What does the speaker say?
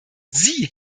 sie